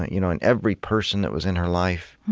ah you know and every person that was in her life.